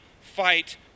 fight